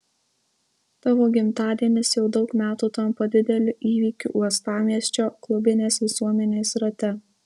tavo gimtadienis jau daug metų tampa dideliu įvykiu uostamiesčio klubinės visuomenės rate